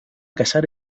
casar